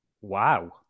Wow